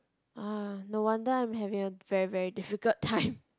[wah] no wonder I'm having a very very difficult time